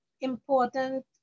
important